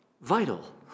vital